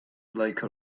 like